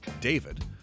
David